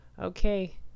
Okay